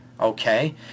Okay